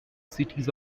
cities